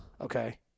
Okay